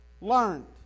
learned